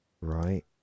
right